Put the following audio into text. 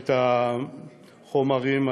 את החומרים הנדרשים,